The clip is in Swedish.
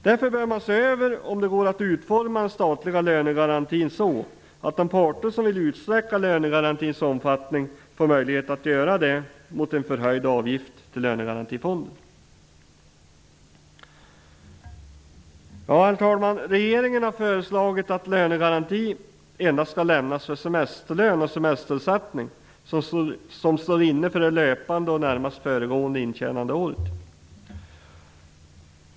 Därför bör man se över om det går att utforma den statliga lönegarantin så att de parter som vill utsträcka lönegarantins omfattning får möjlighet att göra det mot en förhöjd avgift till lönegarantifonden. Herr talman! Regeringen har föreslagit att lönegaranti endast skall lämnas för semesterlön och semesterersättning som står inne för det löpande och närmast föregående intjänande året.